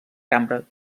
cambra